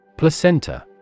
Placenta